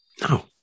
No